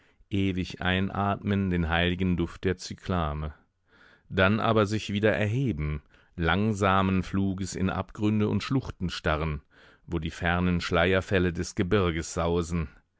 ewig einatmen den heiligen duft der cyklame dann aber sich wieder erheben langsamen fluges in abgründe und schluchten starren wo die fernen schleierfälle des gebirges sausen